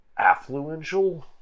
affluential